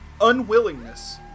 unwillingness